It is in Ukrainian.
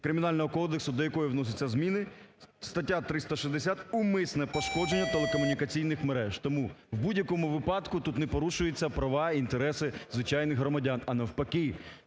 Кримінального кодексу до якої вносяться зміни: стаття 360 "Умисне пошкодження телекомунікаційних мереж". Тому в будь-якому випадку тут не порушуються права, інтереси, звичайних громадян,